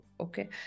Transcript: Okay